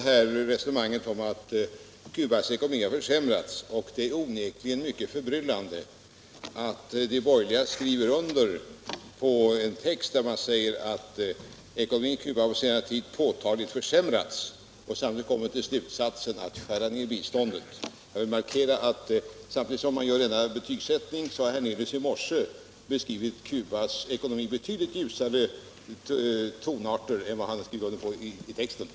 Herr talman! Det är onekligen mycket förbryllande att de borgerliga skriver under på en text som säger att ekonomin i Cuba under senare tid påtagligt har försämrats men samtidigt kommer fram till slutsatsen, att man skall skära ned biståndet. Jag vill markera att herr Hernelius, samtidigt som de borgerliga gör denna betygsättning, i morse målat Cubas ekonomi i betydligt ljusare färger.